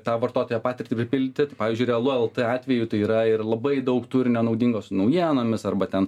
tą vartotojo patirtį pripildyti pavyzdžiui realu lt atveju tai yra ir labai daug turinio naudingo su naujienomis arba ten